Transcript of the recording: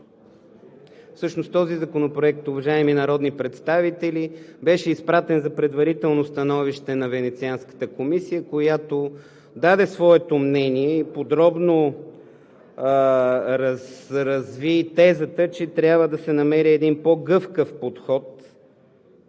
колегия. Този законопроект, уважаеми народни представители, беше изпратен за предварително становище на Венецианската комисия, която даде своето мнение и подробно разви тезата, че трябва да се намери един по-гъвкав подход